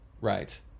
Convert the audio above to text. Right